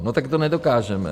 No tak to nedokážeme.